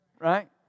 Right